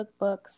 cookbooks